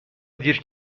دیر